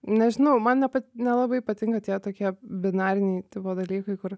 nežinau man nepa nelabai patinka tie tokie binariniai tipo dalykai kur